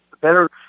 better